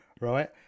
right